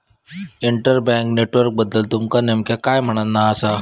inter bank नेटवर्कबद्दल तुमचा नेमक्या काय म्हणना आसा